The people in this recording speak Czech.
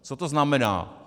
Co to znamená?